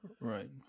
Right